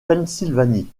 pennsylvanie